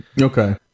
Okay